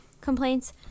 complaints